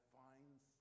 finds